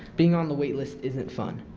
being on the waitlist isn't fun.